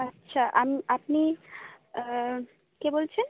আচ্ছা আপনি কে বলছেন